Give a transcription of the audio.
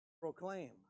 proclaim